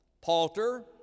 Palter